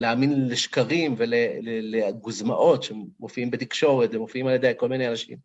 להאמין לשקרים ולגוזמאות שמופיעים בתקשורת ומופיעים על ידי כל מיני אנשים.